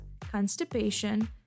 constipation